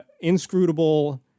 inscrutable